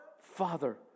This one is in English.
Father